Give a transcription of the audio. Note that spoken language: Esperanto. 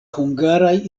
hungaraj